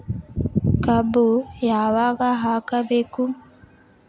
ಕಬ್ಬು ಯಾವಾಗ ಹಾಕಬೇಕು?